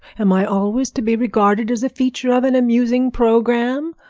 am i always to be regarded as a feature of an amusing programme?